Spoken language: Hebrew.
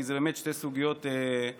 כי אלה באמת שתי סוגיות כבדות